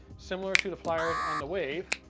similar to the pliers on the wave.